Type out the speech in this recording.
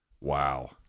Wow